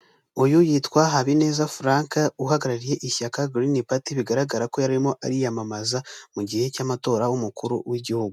Uyu yitwa Habineza Furanke uhagarariye ishyaka girini pati bigaragara ko yarimo ariyamamaza mu gihe cy'amatora y'umukuru w'igihugu.